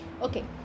okay